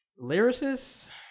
lyricist